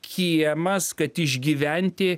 kiemas kad išgyventi